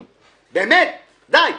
באמת, די.